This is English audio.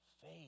Faith